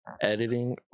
Editing